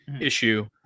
issue